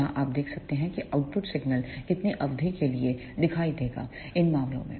यहां आप देख सकते हैं किआउटपुट सिग्नल कितनी अवधि के लिए दिखाई देगा इन मामलों में